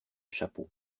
chapeaux